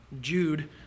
Jude